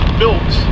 built